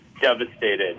devastated